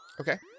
Okay